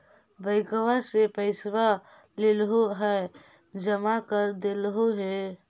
बैंकवा से पैसवा लेलहो है जमा कर देलहो हे?